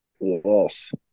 Yes